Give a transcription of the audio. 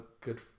good